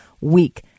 week